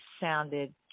sounded